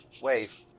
wave